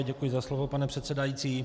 Děkuji za slovo, pane předsedající.